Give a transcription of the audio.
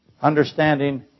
understanding